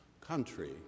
Country